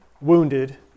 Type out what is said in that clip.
wounded